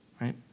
right